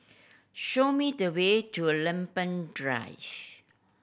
show me the way to Lempeng Drive